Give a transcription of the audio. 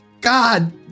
God